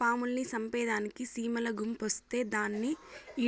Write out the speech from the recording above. పాముల్ని సంపేదానికి సీమల గుంపొస్తే దాన్ని